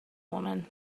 woman